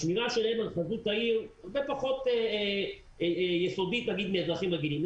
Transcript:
השמירה שלהם על חזות העיר הרבה פחות יסודית מאשר של אזרחים רגילים.